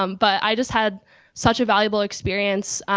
um but i just had such a valuable experience.